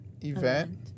event